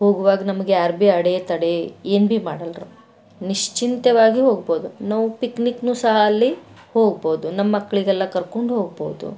ಹೋಗುವಾಗ ನಮಗೆ ಯಾರ್ಬೀ ಅಡೆತಡೆ ಏನ್ಬೀ ಮಾಡಲ್ರು ನಿಶ್ಚಿಂತೆಯಾಗಿ ಹೋಗ್ಬಹುದು ನಾವು ಪಿಕ್ನಿಕ್ನೂ ಸಹ ಅಲ್ಲಿ ಹೋಗ್ಬೋದು ನಮ್ಮ ಮಕ್ಕಳಿಗೆಲ್ಲ ಕರ್ಕೊಂಡು ಹೋಗಬಹುದು